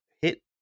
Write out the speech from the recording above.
hit